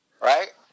right